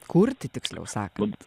kurti tiksliau sakant